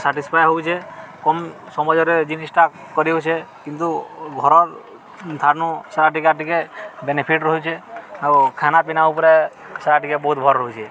satisfy ହଉଛେ କମ୍ ସମାଜରେ ଜିନିଷ୍ଟା କରିହଉଛେ କିନ୍ତୁ ଘରର ଧାରାନୁ ସାରା ଟିକେ ଟିକେ ବେନିଫିଟ୍ ରହୁଛେ ଆଉ ଖାନାପିନା ଉପରେ ସାରା ଟିକେ ବହୁତ ଭଲ ରହୁଛେ